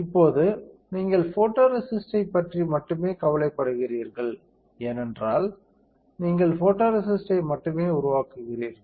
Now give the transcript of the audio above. இப்போது நீங்கள் போட்டோரேசிஸ்டைப் பற்றி மட்டுமே கவலைப்படுகிறீர்கள் ஏனென்றால் நீங்கள் ஃபோட்டோரேசிஸ்டை மட்டுமே உருவாக்குகிறீர்கள்